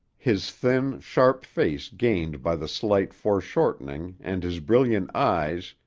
his thin, sharp face gained by the slight foreshortening and his brilliant eyes,